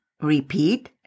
Repeat